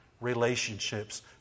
relationships